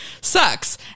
sucks